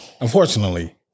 unfortunately